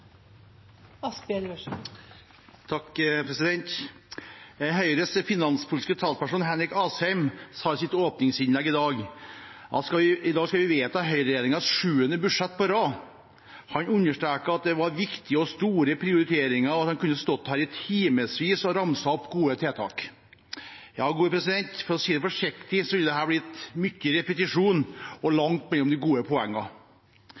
Høyres finanspolitiske talsperson, Henrik Asheim, sa i sitt åpningsinnlegg i dag at i dag skal vi vedta høyreregjeringens sjuende budsjett på rad. Han understreket at det var viktige og store prioriteringer, og at han kunne stått i timevis og ramset opp gode tiltak. For å si det forsiktig: Det ville blitt mye repetisjon og langt mellom de gode poengene.